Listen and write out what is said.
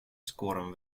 скором